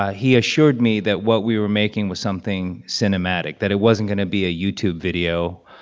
ah he assured me that what we were making was something cinematic, that it wasn't going to be a youtube video.